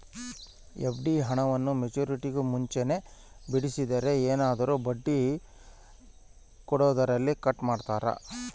FD ಹಣವನ್ನು ಮೆಚ್ಯೂರಿಟಿಗೂ ಮುಂಚೆನೇ ಬಿಡಿಸಿದರೆ ಏನಾದರೂ ಬಡ್ಡಿ ಕೊಡೋದರಲ್ಲಿ ಕಟ್ ಮಾಡ್ತೇರಾ?